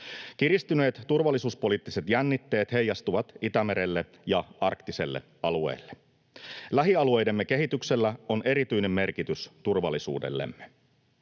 Kiristyneet turvallisuuspoliittiset jännitteet heijastuvat Itämerelle ja arktiselle alueelle. Lähialueidemme kehityksellä on erityinen merkitys turvallisuudellemme.